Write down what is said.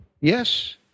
Yes